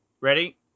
Ready